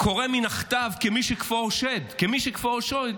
קורא מן הכתב כמי שקפאו שד כמי שקפאו שד,